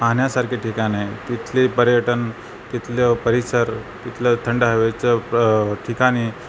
पाहण्यासारखे ठिकाण आहे तिथले पर्यटन तिथलं परिसर तिथलं थंड हवेचं ठिकाण आहे